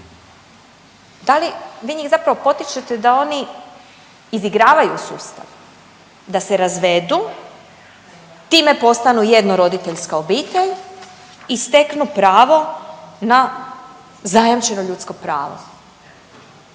da li vi njih zapravo potičete da oni izigravaju sustav, da se razvedu, time postanu jedno roditeljska obitelj i steknu pravo na zajamčeno ljudsko pravo